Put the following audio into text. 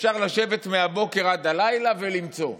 אפשר לשבת מהבוקר עד הלילה ולמצוא,